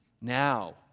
now